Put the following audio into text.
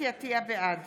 בעד